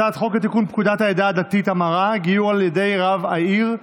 הצעת חוק לתיקון פקודת העדה הדתית (המרה) (גיור על ידי רב עיר),